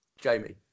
Jamie